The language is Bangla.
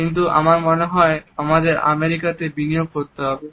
কিন্তু আমার মনে হয় আমাদের আমেরিকাতে বিনিয়োগ করতে হবে